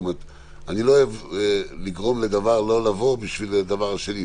אני לא אוהב לגרום לדבר לא לבוא בשביל הדבר הזה.